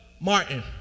Martin